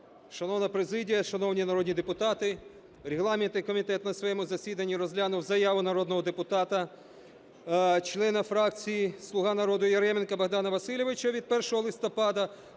Шановна президія, шановні народні депутати, регламентний комітет на своєму засіданні розглянув заяву народного депутата члена фракції "Слуга народу" Яременко Богдана Васильовича від 1 листопада,